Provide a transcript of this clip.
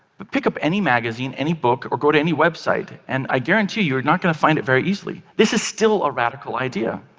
but pick up any magazine, any book or go to any website, and i guarantee, you are not going to find it very easily. this is still a radical idea.